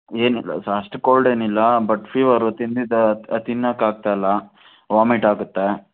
ಏನಿಲ್ಲ ಸಾ ಅಷ್ಟು ಕೋಲ್ಡ್ ಏನಿಲ್ಲ ಬಟ್ ಫೀವರು ತಿಂದಿದ್ದು ತಿನ್ನಕೆ ಆಗ್ತಾಯಿಲ್ಲ ವಾಮಿಟ್ ಆಗುತ್ತೆ